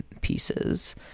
pieces